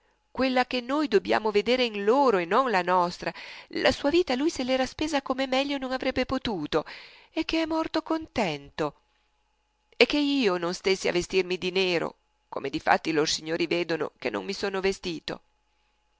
quella che noi dobbiamo vedere in loro e non la nostra la sua vita lui se l'era spesa come meglio non avrebbe potuto e che è morto contento e che io non stessi a vestirmi di nero come difatti lor signori vedono che non mi sono vestito